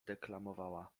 deklamowała